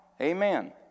Amen